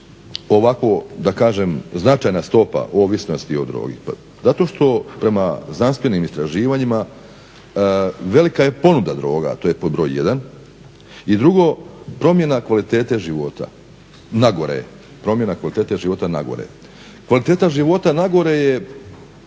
ovako da kažem značajna stopa ovisnosti o drogi? Pa zato što prema znanstvenim istraživanjima velika je ponuda droga, to je pod broj 1., i drugo promjena kvalitete života na gore. Kvaliteta života na gore je